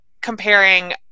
comparing